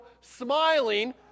smiling